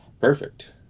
perfect